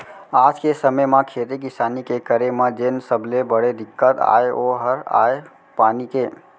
आज के समे म खेती किसानी के करे म जेन सबले बड़े दिक्कत अय ओ हर अय पानी के